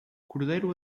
cordeiro